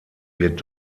wird